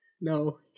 No